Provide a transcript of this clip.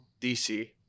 dc